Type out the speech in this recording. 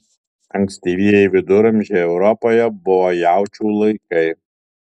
ankstyvieji viduramžiai europoje buvo jaučių laikai